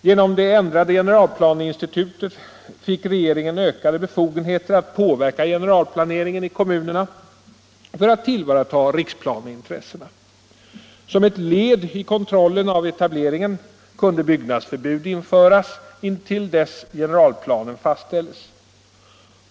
Genom det ändrade generalplaneinstitutet fick regeringen ökade befogenheter att påverka generalplaneringen i kommunerna för att tillvarata riksplaneintressena. Som ett led i kontrollen av etableringen kunde byggnadsförbud införas intill dess generalplanen fastställdes.